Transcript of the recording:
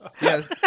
Yes